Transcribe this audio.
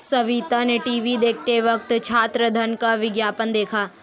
सविता ने टीवी देखते वक्त छात्र ऋण का विज्ञापन देखा